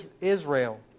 Israel